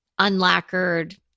unlacquered